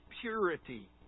purity